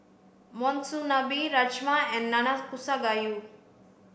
Monsunabe Rajma and Nanakusa gayu